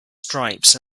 stripes